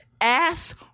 ass